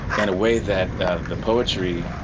in a way that the poetry